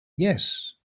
yes